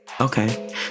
Okay